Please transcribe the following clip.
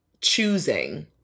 choosing